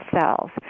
cells